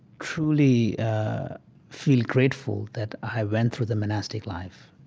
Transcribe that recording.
truly feel grateful that i went through the monastic life,